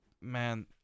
man